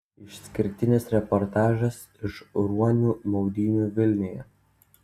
išskirtinis reportažas iš ruonių maudynių vilniuje